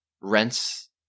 Rents